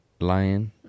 lion